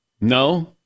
No